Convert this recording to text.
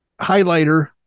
highlighter